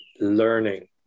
learning